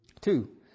Two